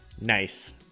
nice